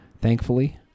thankfully